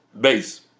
base